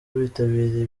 bitabiriye